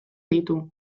ditu